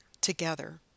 together